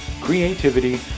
creativity